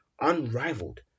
unrivaled